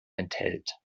enthält